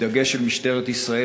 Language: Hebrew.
בדגש על משטרת ישראל,